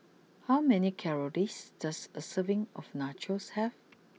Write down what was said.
how many calories does a serving of Nachos have